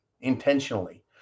intentionally